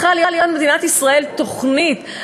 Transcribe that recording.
צריכה להיות למדינת ישראל תוכנית,